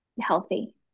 healthy